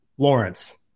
Lawrence